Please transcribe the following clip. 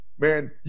Man